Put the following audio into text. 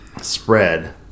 spread